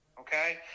Okay